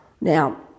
Now